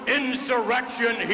insurrection